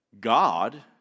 God